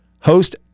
host